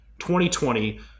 2020